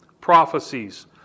prophecies